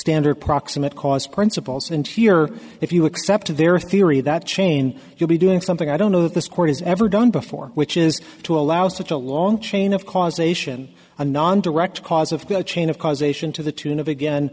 standard proximate cause principles and here if you accept their theory that chain you'll be doing something i don't know that this court has ever done before which is to allow such a long chain of causation a non direct cause of the chain of causation to the tune of again